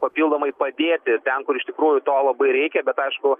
papildomai padėti ten kur iš tikrųjų to labai reikia bet aišku